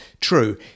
true